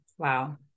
Wow